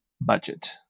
budget